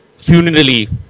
funerally